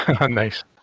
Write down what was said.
Nice